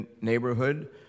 neighborhood